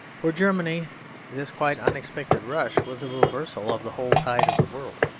for germany this quite unexpected rush was a reversal of the whole tide of the world.